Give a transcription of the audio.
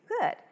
good